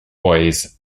bois